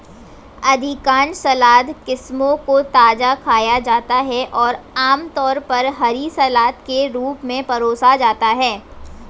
अधिकांश सलाद किस्मों को ताजा खाया जाता है और आमतौर पर हरी सलाद के रूप में परोसा जाता है